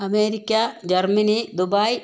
America Germany Dubai